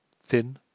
thin